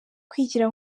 kwigira